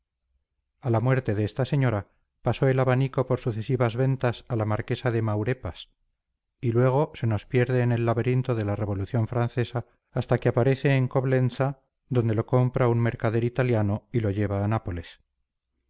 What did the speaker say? a la muerte de esta señora pasó el abanico por sucesivas ventas a la marquesa de maurepas y luego se nos pierde en el laberinto de la revolución francesa hasta que reaparece en coblentza donde lo compra un mercader italiano y lo lleva a nápoles